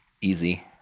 easy